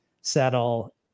settle